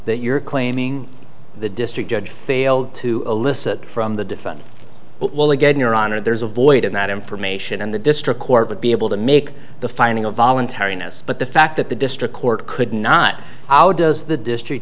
that you're claiming the district judge failed to elicit from the defendant but well again your honor there's a void in that information and the district court would be able to make the finding of voluntariness but the fact that the district court could not how does the district